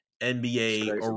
NBA